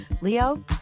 Leo